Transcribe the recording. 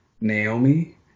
Naomi